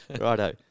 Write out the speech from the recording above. Righto